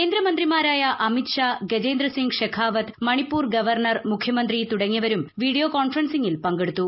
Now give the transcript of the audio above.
കേന്ദ്രമന്ത്രിമാരായ അമിത് ഷാ ഗജേന്ദ്രസിംഗ് ഷെഖാവത് മണിപ്പൂർ ഗവർണർ മുഖ്യമന്ത്രി തുടങ്ങിയവരും വീഡിയോ കോൺഫറൻസിംഗിൽ പങ്കെടുത്തു